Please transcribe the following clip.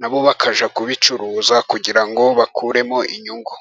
nabo bakaja kubicuruza kugira ngo bakuremo inyungu.